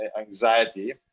anxiety